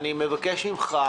אני מבקש ממך,